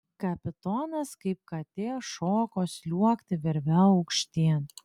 kapitonas kaip katė šoko sliuogti virve aukštyn